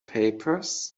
papers